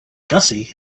gussie